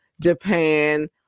Japan